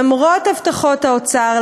למרות הבטחות האוצר,